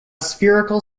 spherical